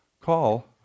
Call